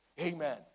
amen